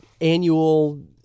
annual